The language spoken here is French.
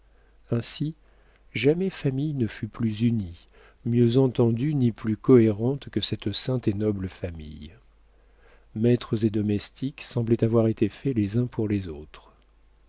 ainsi jamais famille ne fut plus unie mieux entendue ni plus cohérente que cette sainte et noble famille maîtres et domestiques semblaient avoir été faits les uns pour les autres